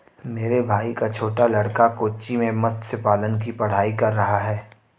मेरे भाई का छोटा लड़का कोच्चि में मत्स्य पालन की पढ़ाई कर रहा है